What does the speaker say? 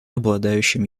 обладающим